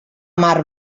mar